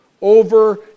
over